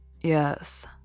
Yes